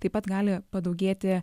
taip pat gali padaugėti